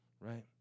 right